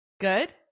good